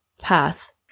path